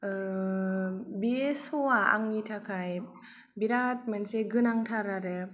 बे स'आ आंनि थाखाय बिरात मोनसे गोनांथार आरो